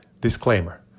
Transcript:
Disclaimer